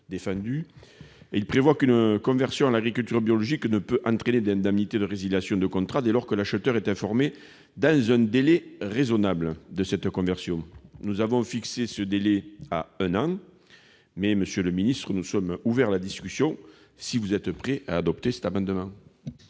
Nous proposons qu'une conversion à l'agriculture biologique ne puisse entraîner d'indemnités de résiliation de contrat dès lors que l'acheteur est informé dans un délai raisonnable de cette conversion. Nous avons fixé ce délai à un an, mais, monsieur le ministre, nous sommes ouverts à la discussion si vous êtes prêt à soutenir cet amendement.